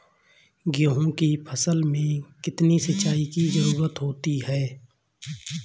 गेहूँ की फसल में कितनी सिंचाई की जरूरत होती है?